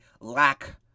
lack